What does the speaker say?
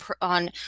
on